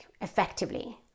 effectively